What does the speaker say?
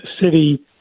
City